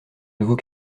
nouveau